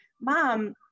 mom